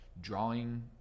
drawing